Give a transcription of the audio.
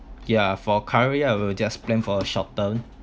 ya for currently I will just plan for a short term